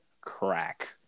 crack